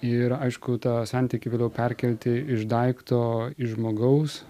ir aišku tą santykį vėliau perkelti iš daikto iš žmogaus